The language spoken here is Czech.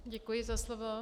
Děkuji za slovo.